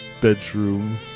bedroom